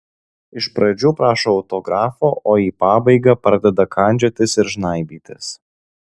iš pradžių prašo autografo o į pabaigą pradeda kandžiotis ir žnaibytis